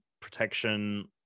protection